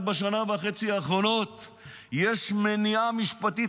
רק בשנה וחצי האחרונות יש מניעה משפטית,